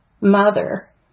mother